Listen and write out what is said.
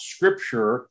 Scripture